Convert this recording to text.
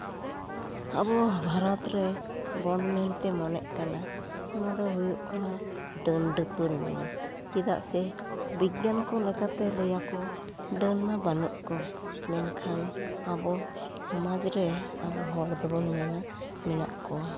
ᱟᱵᱚ ᱵᱷᱟᱨᱚᱛ ᱨᱮ ᱵᱚᱱ ᱢᱮᱱᱛᱮ ᱢᱚᱱᱮᱜ ᱠᱟᱱᱟ ᱚᱱᱟ ᱫᱚ ᱦᱩᱭᱩᱜ ᱠᱟᱱᱟ ᱰᱟ ᱱ ᱰᱟ ᱯᱟ ᱱ ᱱᱤᱭᱟᱹ ᱪᱮᱫᱟᱜ ᱥᱮ ᱵᱤᱜᱽᱜᱟᱱ ᱠᱚ ᱞᱮᱠᱟᱛᱮ ᱞᱟ ᱭ ᱟᱠᱚ ᱰᱟ ᱱ ᱢᱟ ᱵᱟᱹᱱᱩᱜ ᱠᱚ ᱢᱮᱱᱠᱷᱟᱱ ᱟᱵᱚ ᱥᱚᱢᱟᱡᱽ ᱨᱮ ᱟᱵᱚ ᱦᱚᱲ ᱫᱚᱵᱚᱱ ᱢᱮᱱᱟ ᱢᱮᱱᱟᱜ ᱠᱚᱣᱟ